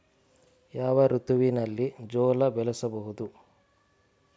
ಯಾವ ಋತುವಿನಲ್ಲಿ ಜೋಳ ಬೆಳೆಸಬಹುದು?